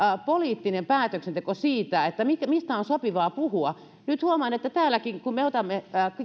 poliittinen päätöksenteko siitä mistä on sopivaa puhua nyt huomaan että täälläkin kun me otamme